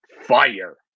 fire –